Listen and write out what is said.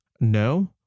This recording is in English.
No